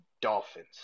Dolphins